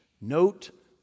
Note